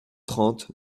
trente